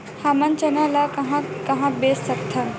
हमन चना ल कहां कहा बेच सकथन?